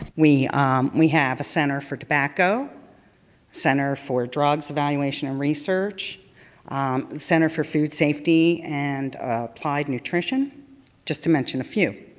we um we have a center for tobacco, a center for drugs, evaluation and research, a center for food safety and tide nutrition just to mention a few.